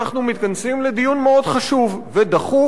אנחנו מתכנסים לדיון מאוד חשוב ודחוף,